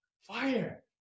fire